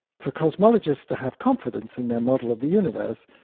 for cosmologists to have confidence in their model of the universe,